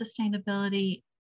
sustainability